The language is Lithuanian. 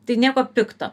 tai nieko pikto